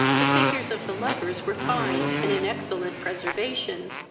the figures of the lovers were fine, and in excellent preservation,